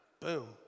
Boom